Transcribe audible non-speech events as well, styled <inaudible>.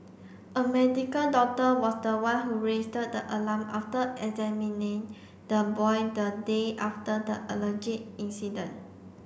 a medical doctor was the one who <unintelligible> the alarm after examining the boy the day after the allege incident